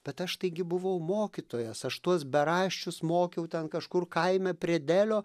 bet aš taigi buvau mokytojas aš tuos beraščius mokiau ten kažkur kaime prie delio